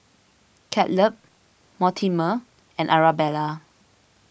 Caleb Mortimer and Arabella